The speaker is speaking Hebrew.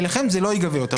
ולכן זה לא יגבה יותר.